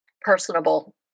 personable